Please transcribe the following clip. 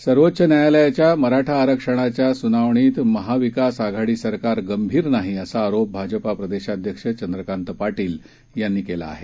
आहेसर्वोच्च न्यायालयाच्या मराठा आरक्षणाच्या सुनावणीत महाविकास आघाडी सरकार गंभीर नाही असा आरोप भाजपा प्रदेशाध्यक्ष चंद्रकांत पाटील यांनी केला आहे